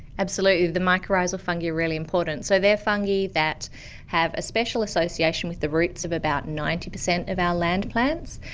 absolutely, the mycorrhizal fungi are really important, so they are fungi that have a special association with the roots of about ninety percent of our land plants,